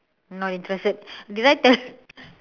not interested did I tell you